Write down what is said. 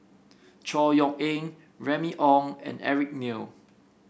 Chor Yeok Eng Remy Ong and Eric Neo